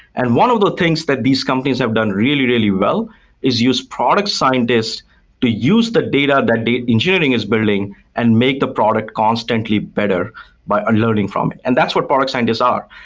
and one of the things that these companies have done really, really well is use product scientists to use the data that the engineering is building and make the product constantly better by unlearning from it. and that's what product scientists are.